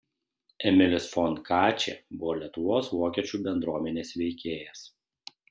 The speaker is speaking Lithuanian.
emilis fon katchė buvo lietuvos vokiečių bendruomenės veikėjas